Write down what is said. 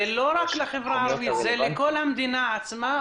זה לא רק לחברה הערבית, זה למדינה כולה?